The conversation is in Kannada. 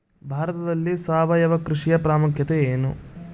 ಭಾರತದಲ್ಲಿ ಸಾವಯವ ಕೃಷಿಯ ಪ್ರಾಮುಖ್ಯತೆ ಎನು?